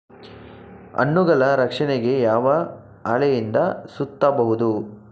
ಹಣ್ಣುಗಳ ರಕ್ಷಣೆಗೆ ಯಾವ ಹಾಳೆಯಿಂದ ಸುತ್ತಬಹುದು?